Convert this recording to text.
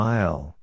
Mile